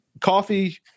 Coffee